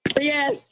Yes